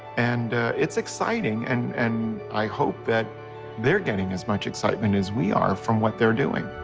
and it's exciting and and i hope that they're getting as much excitement as we are from what they're doing.